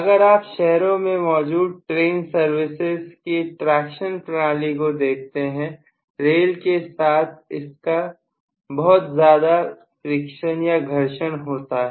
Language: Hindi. अगर आप शहरों में मौजूद ट्रेन सर्विसेज के ट्रेक्शन प्रणाली को देखते हैं रेल के साथ इनका बहुत ज्यादा फ्रिक्शन या घर्षण होता है